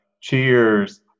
cheers